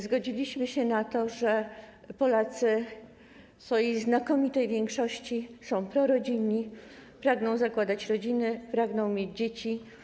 Zgodziliśmy się na to, że Polacy w swojej znakomitej większości są prorodzinni, pragną zakładać rodziny, pragną mieć dzieci.